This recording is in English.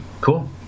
cool